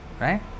right